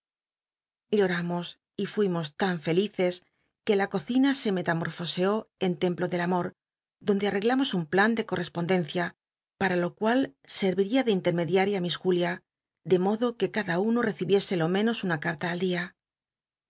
oi'arnos y fuimos tan felices c ue la cociua c metamorfoseó en templo dd amor donde htr lamos un plan de cortcs outlcnda para lo cual rr il'ia de intermediaria miss julia tic modo que catla uno recibiese lo menos una carta al